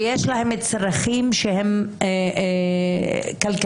ויש להם צרכים שהם כלכליים,